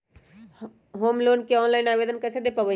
Home loan के online आवेदन कैसे दें पवई?